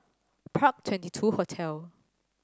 Park Twenty two Hotel